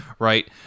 Right